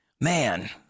man